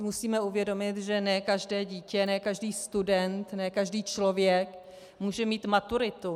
Musíme uvědomit, že ne každé dítě, ne každý student, ne každý člověk může mít maturitu.